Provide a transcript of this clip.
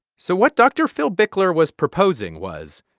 so what dr. phil bickler was proposing was,